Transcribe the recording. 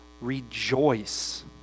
rejoice